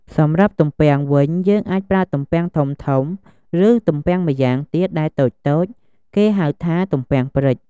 សម្រាប់ទំពាំងវិញ យើងអាចប្រើទំពាំងធំៗ ឬទំពាំងម្យ៉ាងទៀត ដែលតូចៗ គេហៅថា ទំពាំងព្រិច។